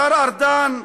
השר ארדן,